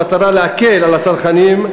במטרה להקל על הצרכנים,